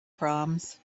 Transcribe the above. proms